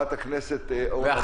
חברת הכנסת אורנה ברביבאי, בבקשה.